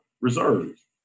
reserves